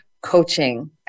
Coaching